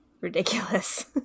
ridiculous